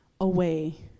away